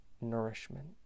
nourishment